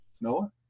Noah